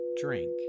drink